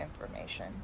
information